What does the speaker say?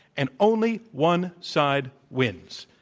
and only one side wins.